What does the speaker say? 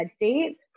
date